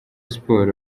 sports